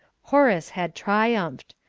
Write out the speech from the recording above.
horace had triumphed.